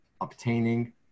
obtaining